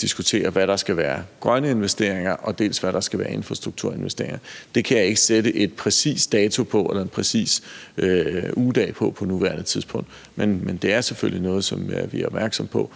diskutere, dels hvad der skal være grønne investeringer, dels hvad der skal være infrastrukturinvesteringer, kan jeg ikke sætte en præcis dato eller ugedag for på nuværende tidspunkt, men det er selvfølgelig noget, som vi er opmærksomme på,